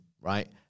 right